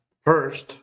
first